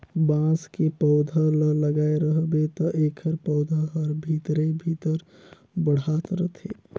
बांस के पउधा ल लगाए रहबे त एखर पउधा हर भीतरे भीतर बढ़ात रथे